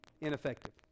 ineffective